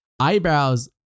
eyebrows